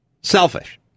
selfish